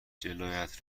جلویت